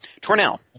Tornell